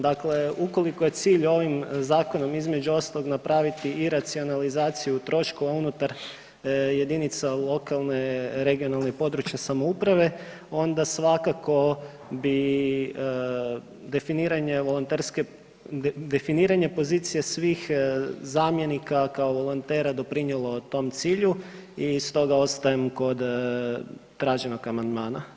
Dakle, ukoliko je cilj ovim zakonom između ostalog napraviti iracionalizaciju troškova unutar jedinica lokalne regionalne područne samouprave, onda svakako bi definiranje volonterske, definiranje pozicije svih zamjenika kao volontera doprinijelo tom cilju i stoga ostajem kod traženog amandmana.